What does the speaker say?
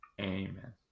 Amen